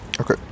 Okay